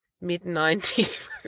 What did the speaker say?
mid-90s